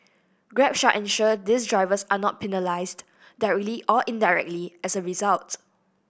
grab shall ensure these drivers are not penalised directly or indirectly as a result